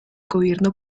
gobierno